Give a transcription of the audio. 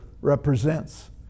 represents